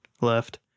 left